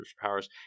powers